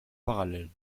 parallèle